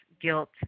guilt